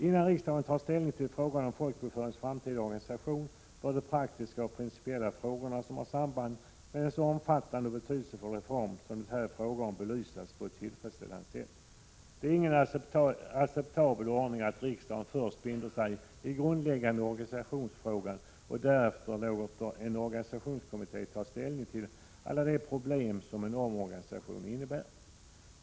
Innan riksdagen tar ställning till frågan om folkbokföringens framtida organisation bör de praktiska och principiella frågor som har samband med en så omfattande och betydelsefull reform som det är fråga om här belysas på ett tillfredsställande sätt. Det är inte en acceptabel ordning att riksdagen först binder sig i den grundläggande organisationsfrågan och därefter låter en organisationskommitté ta ställning till alla de problem som en omorganisation medför.